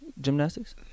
gymnastics